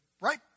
right